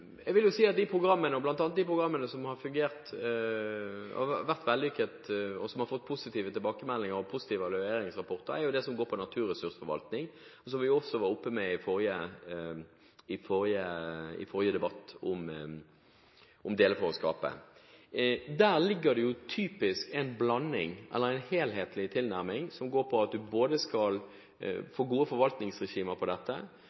De programmene som har vært vellykkete og har fått positive tilbakemeldinger og evalueringsrapporter, er de som dreier seg om naturressursforvaltning, som vi også hadde oppe i forrige debatt om meldingen Dele for å skape. Der ligger det typisk en helhetlig tilnærming som dreier seg om at man skal få gode forvaltningsregimer og gode myndighetsstrukturer knyttet til dette